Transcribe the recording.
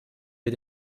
wir